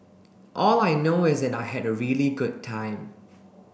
all I know is that I had a really good time